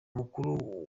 mukuru